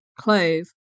clove